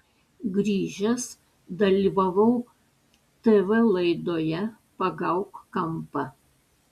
grįžęs dalyvavau tv laidoje pagauk kampą